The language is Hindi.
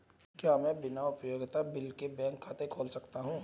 क्या मैं बिना उपयोगिता बिल के बैंक खाता खोल सकता हूँ?